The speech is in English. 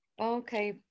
Okay